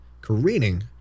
careening